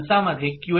Qn' D